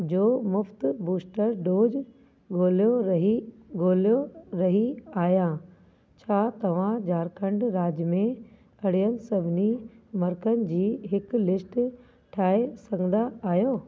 जो मुफ़्त booster dose ॻोल्हियो रही ॻोल्हियो रही आहियां छा तव्हां झारखंड राज्य में अड़ियल सभिनी मर्कन जी हिकु लिस्ट ठाहे सघंदा आहियो